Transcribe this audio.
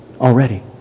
already